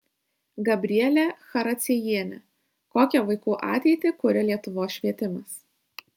gabrielė characiejienė kokią vaikų ateitį kuria lietuvos švietimas